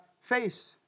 face